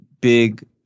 big